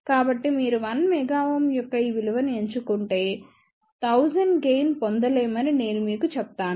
కాబట్టి మీరు 1 MΩ యొక్క ఈ విలువను ఎంచుకుంటే 1000 గెయిన్ పొందలేమని నేను మీకు చెప్తాను